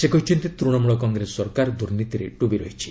ସେ କହିଛନ୍ତି ତୂଣମୂଳ କଂଗ୍ରେସ ସରକାର ଦୂର୍ନୀତିରେ ଡୁବି ରହିଛି